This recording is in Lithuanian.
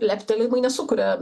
leptelėjimai nesukuria